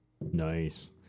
Nice